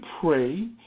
pray